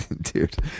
dude